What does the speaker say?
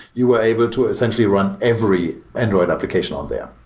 you were able to essentially run every android application on there.